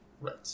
Right